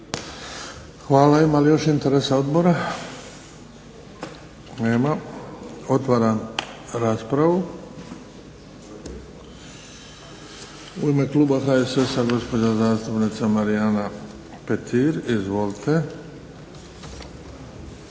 Hvala. Ima li još interesa odbora? Nema. Otvaram raspravu. U ime kluba HSS-a, gospođa zastupnica Marijana Petir. Izvolite.